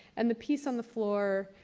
and the piece on the floor.